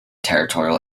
territorial